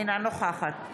אינה נוכחת